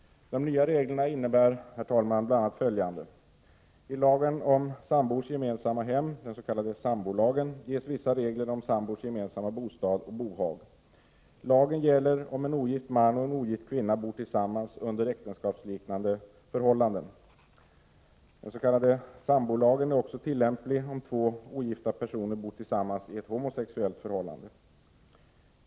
De nya reglerna innebär bl.a. följande: I lagen om sambors gemensamma hem, den s.k. sambolagen, ges vissa regler om sambors gemensamma bostad och bohag. Lagen gäller om en ogift man och en ogift kvinna bor tillsammans under äktenskapsliknande förhållanden. Den s.k. sambolagen är också tillämplig om två ogifta personer bor tillsammans i ett homosexuellt förhållande.